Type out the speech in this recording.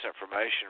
information